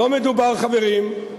לא מדובר, חברים,